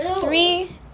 Three